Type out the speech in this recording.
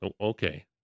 Okay